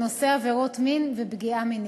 בנושא עבירות מין ופגיעה מינית.